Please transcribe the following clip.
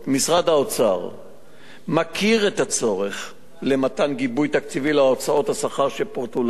משרד האוצר מכיר בצורך למתן גיבוי תקציבי להוצאות השכר שפורטו לעיל.